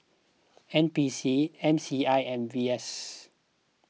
N P C M C I and V S